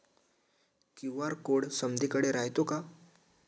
QR code समदीकडे रायतो का?